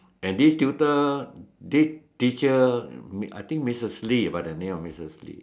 and this tutor this teacher I think Missus Lee by the name of Missus Lee